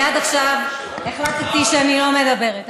אני עד עכשיו החלטתי שאני לא מדברת,